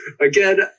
again